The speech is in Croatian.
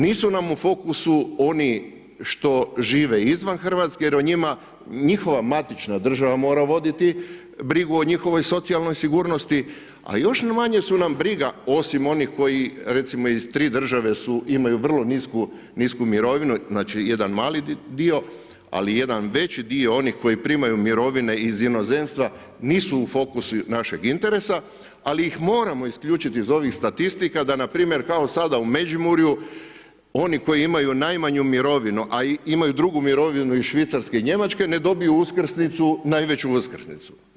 Nisu nam u fokusu oni što žive izvan RH jer o njima njihova matična država mora voditi brigu o njihovoj socijalnoj sigurnosti, a još nam manje su nam briga osim onih koji recimo iz tri države su, imaju vrlo nisku mirovinu, znači jedan mali dio, ali jedan veći dio onih koji primaju mirovine iz inozemstva nisu u fokusu našeg interesa, ali ih moramo isključiti iz ovih statistika da npr. kao sada u Međimurju, oni koji imaju najmanju mirovinu, a imaju drugu mirovinu iz Švicarske i Njemačke ne dobiju najveću uskrsnicu.